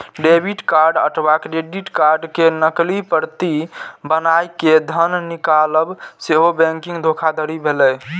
debit card अथवा credit card के नकली प्रति बनाय कें धन निकालब सेहो बैंकिंग धोखाधड़ी भेलै